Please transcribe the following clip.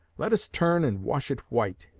let us turn and wash it white,